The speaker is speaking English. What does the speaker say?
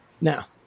now